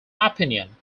opinion